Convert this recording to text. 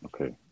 okay